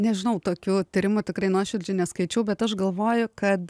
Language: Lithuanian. nežinau tokių tyrimų tikrai nuoširdžiai neskaičiau bet aš galvoju kad